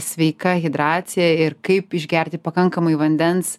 sveika hidracija ir kaip išgerti pakankamai vandens